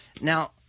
Now